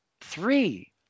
three